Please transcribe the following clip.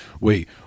wait